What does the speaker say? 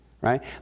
right